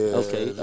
okay